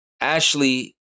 Ashley